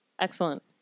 Excellent